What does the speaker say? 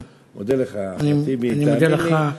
מודה לך, אחמד טיבי, אני מודה לך.